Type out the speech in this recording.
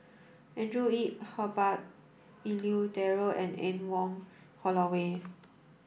Andrew Yip Herbert Eleuterio and Anne Wong Holloway